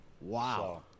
Wow